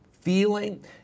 feeling